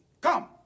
Come